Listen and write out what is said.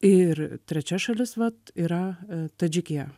ir trečia šalis vat yra tadžikija